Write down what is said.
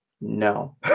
No